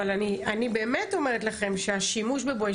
אבל אני אומרת לכם שהשימוש ב"בואש",